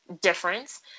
difference